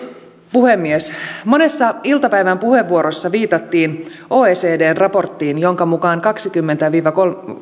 puhemies monessa iltapäivän puheenvuorossa viitattiin oecdn raporttiin jonka mukaan kaksikymmentä viiva